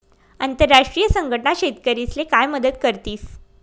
आंतरराष्ट्रीय संघटना शेतकरीस्ले काय मदत करतीस?